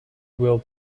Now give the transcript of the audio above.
will